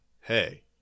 Hey